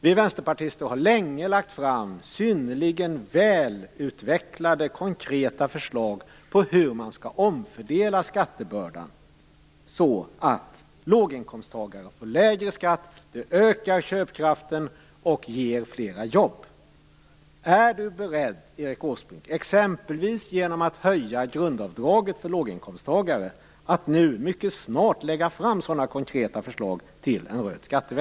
Vi vänsterpartister har länge lagt fram synnerligen välutvecklade konkreta förslag till hur man skall omfördela skattebördan så att låginkomsttagare får lägre skatt, köpkraften ökar och flera jobb skapas. Är Erik Åsbrink beredd att mycket snart lägga fram sådana konkreta förslag till skatteväxling, exempelvis höjt grundavdrag för låginkomsttagare?